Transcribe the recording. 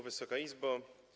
Wysoka Izbo!